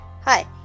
Hi